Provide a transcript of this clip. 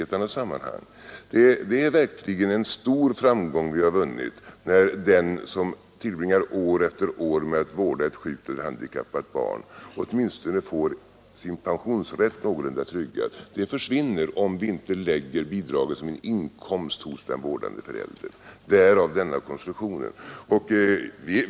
Vi har verkligen vunnit en stor framgång, när den som tillbringar år efter år med att vårda ett sjukt eller handikappat barn åtminstone får sin pensionsrätt någorlunda tryggad. Denna trygghet försvinner, om vi inte lägger bidraget såsom en inkomst hos den vårdande föräldern. Därav denna konstruktion.